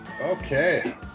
Okay